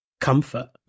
comfort